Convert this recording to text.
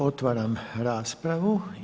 Otvaram raspravu.